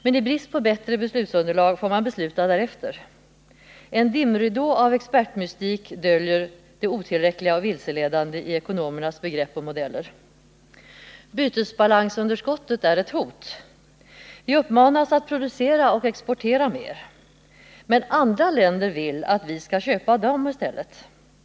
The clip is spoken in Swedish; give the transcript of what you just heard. Men i brist på bättre beslutsunderlag får man besluta utifrån det man har. En dimridå av expertmystik döljer det otillräckliga och vilseledande i ekonomernas begrepp och modeller. Bytesbalansunderskottet är ett hot. Vi uppmanas att producera och exportera mera. Samtidigt vill andra länder att vi skall köpa av dem.